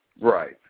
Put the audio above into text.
Right